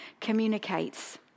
communicates